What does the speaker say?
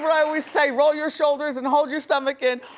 but i always say, roll your shoulders and hold your stomach in.